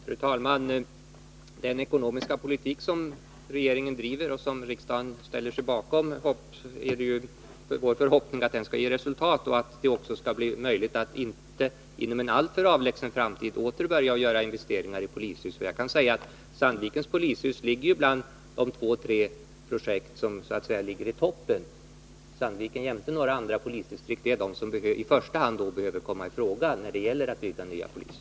Fru talman! Det är vår förhoppning att den ekonomiska politik som regeringen bedriver och som riksdagen ställer sig bakom skall ge resultat, så att det skall bli möjligt att inom en inte alltför avlägsen framtid åter börja göra investeringar i polishus. Sandvikens polishus hör till de två å tre projekt som så att säga ligger i topp. Sandviken jämte ett par andra distrikt är de som i första hand kommer i fråga när det gäller att bygga nya polishus.